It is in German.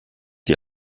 die